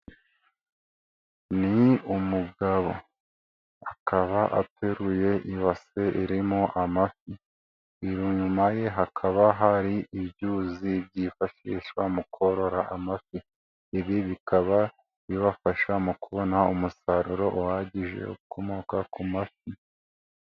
Ni umugabo. Akaba ateruye ibase irimo amafi. Inyuma ye hakaba hari ibyuzi byifashishwa mu korora amafi. Ibi bikaba bibafasha mu kubona umusaruro uhagije ukomoka ku mafi.